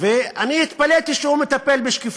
ואני התפלאתי שהוא מטפל בשקיפות.